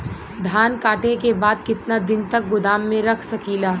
धान कांटेके बाद कितना दिन तक गोदाम में रख सकीला?